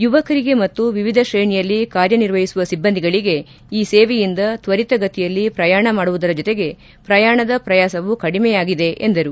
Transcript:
ಯುವಕರಿಗೆ ಮತ್ತು ವಿವಿಧ ತ್ರೇಣಿಯಲ್ಲಿ ಕಾರ್ಯನಿರ್ವಹಿಸುವ ಸಿಬ್ಬಂದಿಗಳಿಗೆ ಈ ಸೇವೆಯಿಂದ ಜನರಿಗೆ ತ್ವರಿತಗತಿಯಲ್ಲಿ ಪ್ರಯಾಣ ಮಾಡುವುದರ ಜೊತೆಗೆ ಪ್ರಯಾಣದ ಪ್ರಯಾಸವು ಕಡಿಮೆಯಾಗಲಿದೆ ಎಂದರು